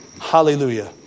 Hallelujah